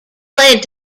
led